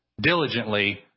diligently